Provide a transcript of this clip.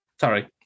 Sorry